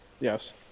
Yes